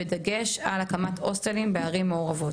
בדגש על הקמת הוסטלים בערים מעורבות.